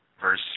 verse